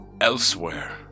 elsewhere